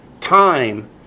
time